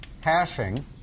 hashing